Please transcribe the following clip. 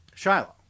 Shiloh